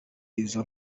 izo